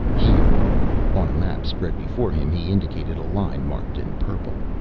here on a map spread before him he indicated a line marked in purple.